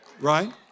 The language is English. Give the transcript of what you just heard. right